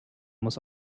muss